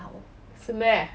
oh 是 meh